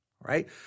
right